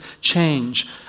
change